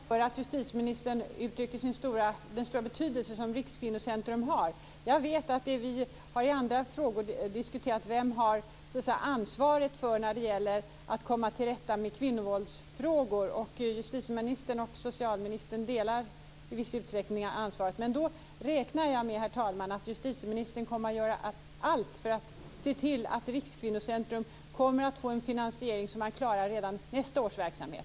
Herr talman! Det gläder mig att höra att justitieministern uttrycker vilken stor betydelse som Rikskvinnocentrum har. Jag vet att vi vid andra tillfällen har diskuterat vem som har ansvaret när det gäller att komma till rätta med kvinnovåldsfrågor. Och justitieministern och socialministern delar i viss utsträckning ansvaret. Men då räknar jag med, herr talman, att justitieministern kommer att göra allt för att se till att Rikskvinnocentrum kommer att få en finansiering så att man klarar redan nästa års verksamhet.